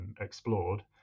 explored